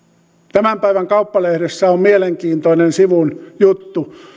tämän päivän kauppalehdessä on mielenkiintoinen sivun juttu